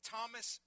Thomas